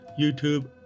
YouTube